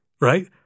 right